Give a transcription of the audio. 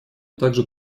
также